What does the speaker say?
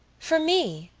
for me,